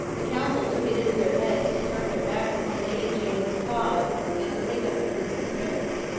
the council took it into their heads to turn their backs on lady jane's cause, and to take up the princess mary's.